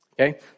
Okay